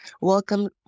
Welcome